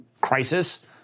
crisis